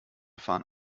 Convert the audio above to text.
fahren